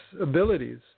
abilities